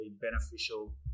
beneficial